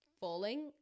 falling